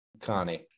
Connie